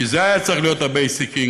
כי זה היה צריך להיות ה-basic income